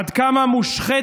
עד כמה מושחתת,